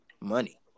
money